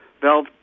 Valve